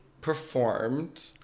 performed